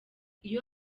iyo